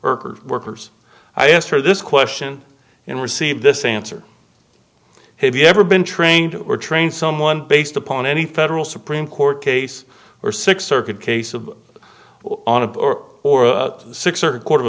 workers i asked her this question and received this answer have you ever been trained or trained someone based upon any federal supreme court case or six circuit case of or or a six or court of